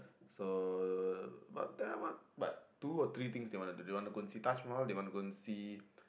so what type but two or three things they want to do they want to go and see Taj-Mahal they want to go and see